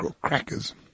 Crackers